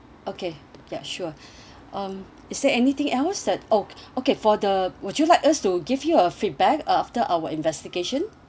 okay ya sure um is there anything else that oh okay for the would you like us to give you a feedback uh after our investigation